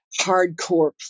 hardcore